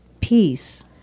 peace